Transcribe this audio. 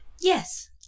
Yes